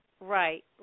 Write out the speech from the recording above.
Right